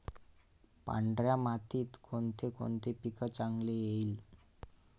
पांढऱ्या मातीत कोणकोणते पीक चांगले येईल?